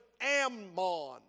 Ammon